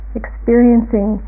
experiencing